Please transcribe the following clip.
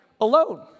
alone